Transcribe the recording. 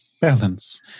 Balance